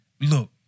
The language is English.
look